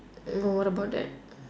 mm what about that